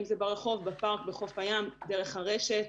אם זה ברחוב, בפארק, בחוף הים, דרך הרשת.